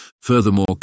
Furthermore